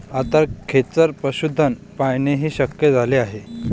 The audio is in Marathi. आता खेचर पशुधन पाळणेही शक्य झाले आहे